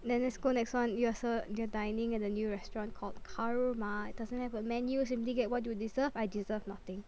then let's go next one you are ser~ you are dining at a new restaurant called Karma it doesn't have a menu you simply get what you deserve I deserve nothing